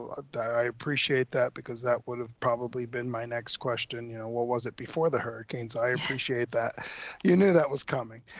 i appreciate that because that, would've probably been my next question. you know, what was it before the hurricanes? i appreciate that you knew that was coming.